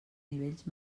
nivells